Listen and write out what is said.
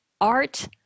art